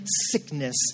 sickness